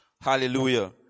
Hallelujah